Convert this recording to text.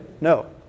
No